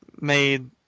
made